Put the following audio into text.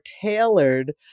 tailored